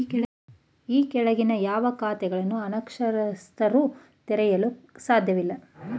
ಈ ಕೆಳಗಿನ ಯಾವ ಖಾತೆಗಳನ್ನು ಅನಕ್ಷರಸ್ಥರು ತೆರೆಯಲು ಸಾಧ್ಯವಿಲ್ಲ?